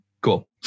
cool